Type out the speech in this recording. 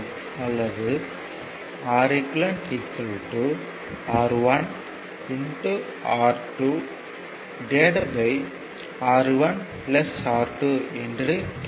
அல்லது Req R1 R2R1 R2 என கிடைக்கும்